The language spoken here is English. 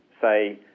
say